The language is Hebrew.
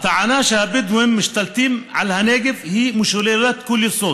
הטענה שהבדואים משתלטים על הנגב היא משוללת כל יסוד.